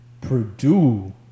Purdue